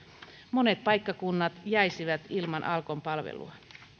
monet paikkakunnat jäisivät ilman alkon palvelua